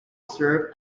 serve